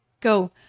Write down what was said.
go